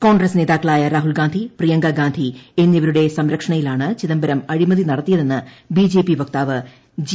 കോൺഗ്രസ്സ് നേതാക്കളായ രാഹുൽ ഗാന്ധി പ്രിയങ്ക ഗാന്ധി എന്നിവരുടെ സംരക്ഷണയിലാണ് ചിദംബരം അഴിമതി നടത്തിയതെന്ന് ബിജെപി വക്താവ് ജി